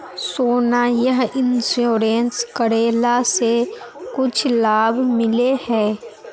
सोना यह इंश्योरेंस करेला से कुछ लाभ मिले है?